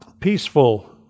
peaceful